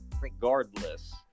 regardless